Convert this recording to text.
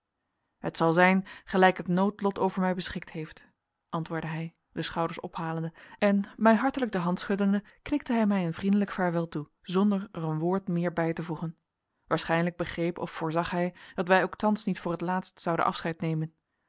het zal zijn gelijk het noodlot over mij beschikt heeft antwoordde hij de schouders ophalende en mij hartelijk de hand schuddende knikte hij mij een vriendelijk vaarwel toe zonder er een woord meer bij te voegen waarschijnlijk begreep of voorzag hij dat wij ook thans niet voor het laatst zouden afscheid nemen